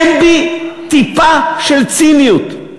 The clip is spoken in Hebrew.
אין בי טיפה של ציניות.